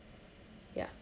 ya